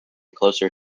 closer